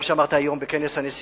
מה שאמרת היום בכנס הנשיאים.